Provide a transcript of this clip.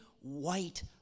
white